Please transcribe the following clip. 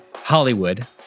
Hollywood